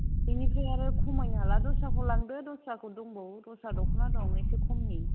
बिनिफ्राय आरो खमायनो हाला दस्राखौ लांदो दसराफोर दंबावो दस्रा दखना दं एसे खमनि